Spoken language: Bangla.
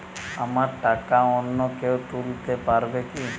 আমার টাকা অন্য কেউ তুলতে পারবে কি?